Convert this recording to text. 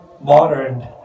modern